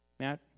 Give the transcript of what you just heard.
Matt